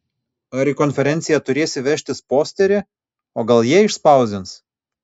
ar į konferenciją turėsi vežtis posterį o gal jie išspausdins